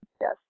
Yes